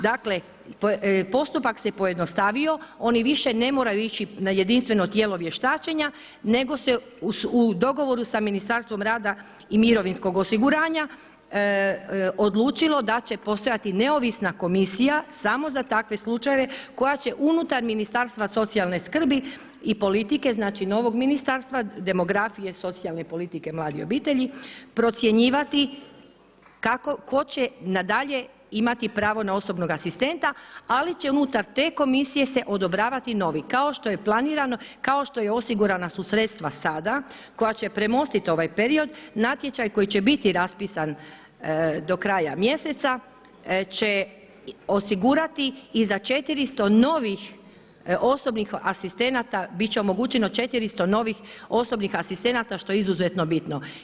Dakle postupak se pojednostavio oni više ne moraju ići na jedinstveno tijelo vještačenja nego se u dogovoru sa Ministarstvo rada i mirovinskog osiguranja odlučilo da će postojati neovisna komisija samo za takve slučajeve koja će unutar Ministarstva socijalne skrbi i politike, znači novog ministarstva, demografije, socijalne politike mladih i obitelji procjenjivati tko će na dalje imati pravo na osobnog asistenta ali će unutar te komisije se odobravati novi kao što je planirano, kao što je osigurana su sredstva sada koja će premostiti ovaj period, natječaj koji će biti raspisan do kraja mjeseca će osigurati i za 400 novih osobnih asistenata biti će omogućeno 400 novih osobnih asistenata što je izuzetno bitno.